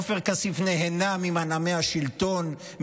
עופר כסיף נהנה ממנעמי מהשלטון,